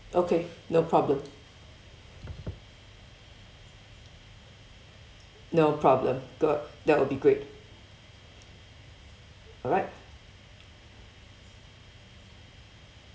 okay no problem no problem got that will be great alright